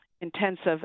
intensive